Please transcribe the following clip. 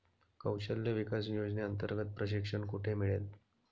कौशल्य विकास योजनेअंतर्गत प्रशिक्षण कुठे मिळेल?